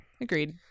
Agreed